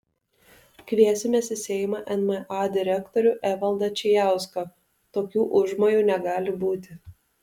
kviesimės į seimą nma direktorių evaldą čijauską tokių užmojų negali būti